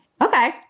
Okay